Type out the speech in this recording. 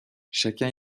chacun